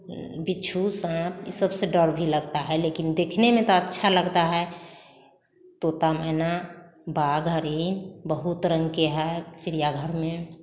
बिच्छू साँप इस सब से डर भी लगता है लेकिन देखने में तो अच्छा लगता है तोता मैना बाग हरी बहुत रंग के हैं चिड़ियाघर में